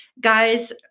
Guys